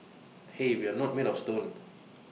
hey we're not made of stone